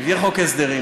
יהיה חוק הסדרים.